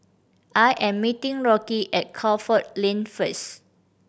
I am meeting Rocky at Crawford Lane first